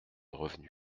revenu